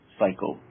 cycle